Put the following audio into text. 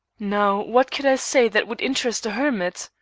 now what could i say that would interest a hermit?